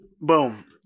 Boom